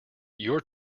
you’re